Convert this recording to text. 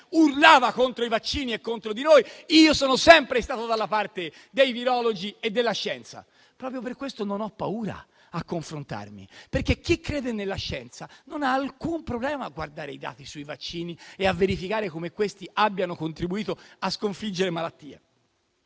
urlava contro i vaccini e contro di noi. Io sono sempre stato dalla parte dei virologi e della scienza. Proprio per questo non ho paura a confrontarmi, perché chi crede nella scienza non ha alcun problema a guardare i dati sui vaccini e a verificare come questi abbiano contribuito a sconfiggere malattie.